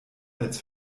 als